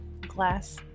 glass